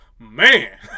Man